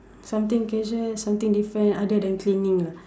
something casual something different other than cleaning lah